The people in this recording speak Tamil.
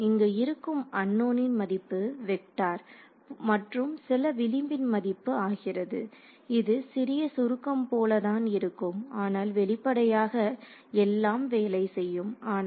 இங்கு இருக்கும் அன்நோனின் மதிப்பு வெக்டார் மற்றும் சில விளிம்பின் மதிப்பு ஆகிறது இது சிறிய சுருக்கம் போல தான் இருக்கும் ஆனால் வெளிப்படையாக எல்லாம் வேலை செய்யும் ஆனால்